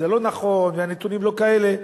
זה לא נכון והנתונים לא כאלה,